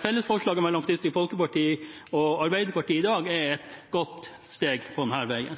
Fellesforslaget fra Kristelig Folkeparti og Arbeiderpartiet i dag er et godt steg på denne veien.